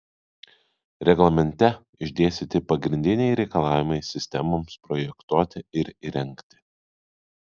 reglamente išdėstyti pagrindiniai reikalavimai sistemoms projektuoti ir įrengti